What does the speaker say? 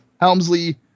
Helmsley